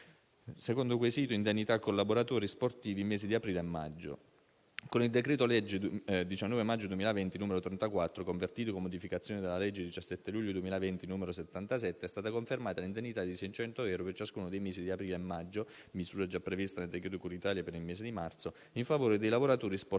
secondo quesito sull'indennità dei collaboratori sportivi per i mesi di aprile e maggio, con il decreto-legge 19 maggio 2020, n. 34, convertito con modificazioni dalla legge 17 luglio 2020, n. 77, è stata confermata l'indennità di 600 euro per ciascuno dei mesi di aprile e maggio (misure già previste nel decreto cura Italia per il mese di marzo) in favore dei lavoratori sportivi